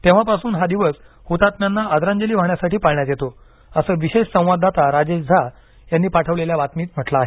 तेव्हापासून हा दिवस हुतात्म्यांना आदरांजली वाहण्यासाठी पाळण्यात येतो असं विशेष संवाददाता राजेश झा यांनी पाठविलेल्या बातमीत म्हटलं आहे